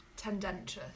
Tendentious